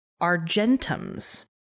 argentum's